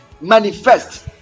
manifest